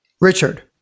Richard